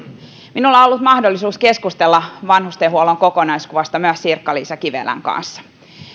minulla on ollut mahdollisuus keskustella vanhustenhuollon kokonaiskuvasta myös sirkka liisa kivelän kanssa